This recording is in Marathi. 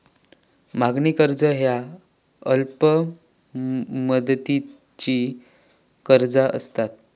मागणी कर्ज ह्या अल्प मुदतीची कर्जा असतत